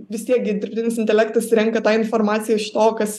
vis tiek gi dirbtinis intelektas renka tą informaciją iš to kas